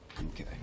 Okay